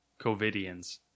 COVIDians